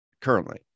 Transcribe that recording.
currently